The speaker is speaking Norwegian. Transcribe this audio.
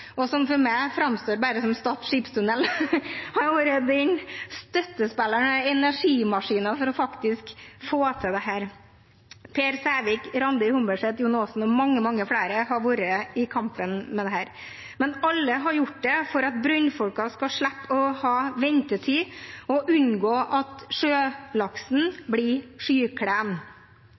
og som for meg framstår bare som Stad skipstunnel. Han har vært en støttespiller og energimaskin for faktisk å få til dette. Per Sævik, Randi Humberset, Jon Aasen og mange, mange flere har vært med i kampen om dette. Men alle har gjort det for at brønnbåtene skal slippe å ha ventetid, for å unngå at sjølaksen blir